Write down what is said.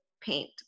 paint